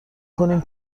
کنیم